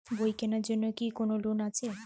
বই কেনার জন্য কি কোন লোন আছে?